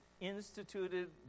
instituted